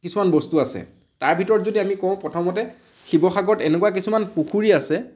কিছুমান বস্তু আছে তাৰ ভিতৰত যদি আমি কওঁ প্ৰথমতে শিৱসাগৰত এনেকুৱা কিছুমান পুখুৰী আছে